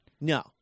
No